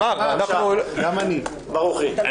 אני